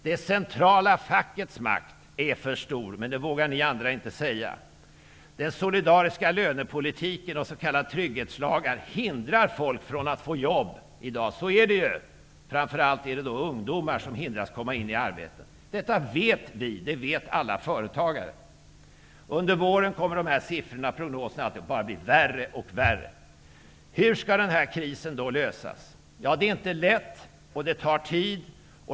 Det centrala fackets makt är för stor, men det vågar ni andra inte säga. Den solidariska lönepolitiken och s.k. trygghetslagar hindrar folk från att få jobb. Så är det ju. Det är framför allt ungdomar som hindras från att komma in i arbetslivet. Detta vet vi. Detta vet alla företagare. Under våren kommer dessa siffror och prognoser att bli bara värre och värre. Hur skall då denna kris lösas? Ja, det är inte lätt. Det tar tid.